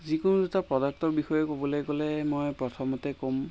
যিকোনো দুটা প্ৰডাক্টৰ বিষয়ে ক'বলৈ গ'লে মই প্ৰথমতে ক'ম